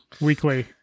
weekly